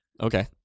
Okay